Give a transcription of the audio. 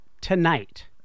tonight